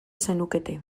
zenukete